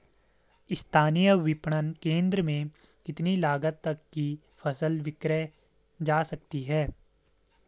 स्थानीय विपणन केंद्र में कितनी लागत तक कि फसल विक्रय जा सकती है?